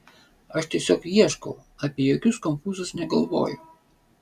aš tiesiog ieškau apie jokius konfūzus negalvoju